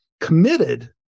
committed